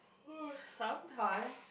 sometime